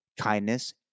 kindness